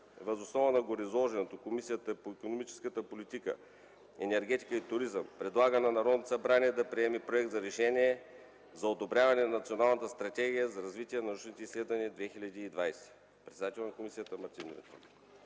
Въз основа на гореизложеното Комисията по икономическа политика, енергетика и туризъм предлага на Народното събрание да приеме Проект за решение за одобряване на Националната стратегия за развитие на научните изследвания 2020.” ПРЕДСЕДАТЕЛ АНАСТАС АНАСТАСОВ: